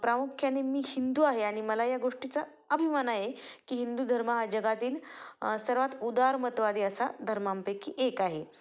प्रामुख्याने मी हिंदू आहे आणि मला या गोष्टीचा अभिमान आहे की हिंदू धर्म हा जगातील सर्वात उदारमतवादी असा धर्मांपैकी एक आहे